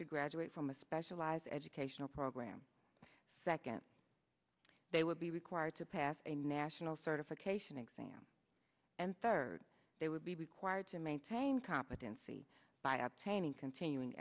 to graduate from a specialized educational program second they would be required to pass a national certification exam and third they would be required to maintain competency by obtaining continuing